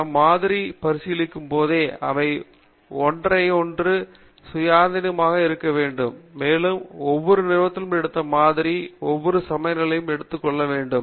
நாம் மாதிரியை பரிசீலிக்கும்போதே அவை ஒன்றை ஒன்று சுயாதீனமாக இருக்க வேண்டும் மேலும் ஒவ்வொரு நிறுவனமும் எடுத்த மாதிரி ஒவ்வொரு சமநிலையையும் எடுத்துக் கொள்ள வேண்டும்